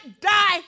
die